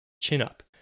chin-up